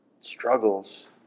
struggles